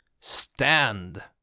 Stand